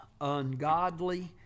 ungodly